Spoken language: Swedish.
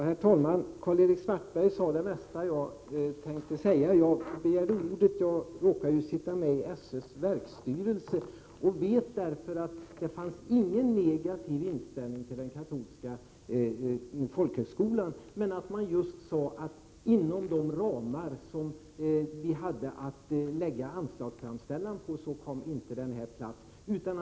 Herr talman! Karl-Erik Svartberg sade det mesta av vad jag tänkt säga. Jag begärde ordet därför att jag råkade sitta med i SÖ:s verksstyrelse och vet att det inte fanns någon negativ inställning till den katolska folkhögskolan. Men man sade att den inte fick plats inom de ramar man hade att arbeta med när man gjorde anslagsframställan.